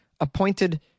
appointed